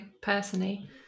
personally